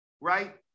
right